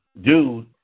dude